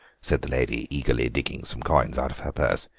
said the lady, eagerly digging some coins out of her purse.